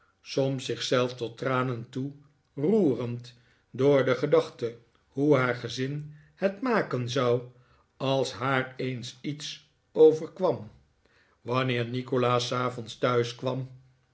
soms zich zelf tot tranen toe roerend door de gedachte hoe haar gezin het maken zou als haar eens iets overkwam wanneer nikolaas s avonds